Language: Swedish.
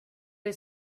dig